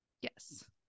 Yes